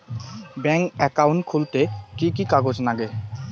Bank account খুলতে কি কি কাগজ লাগে?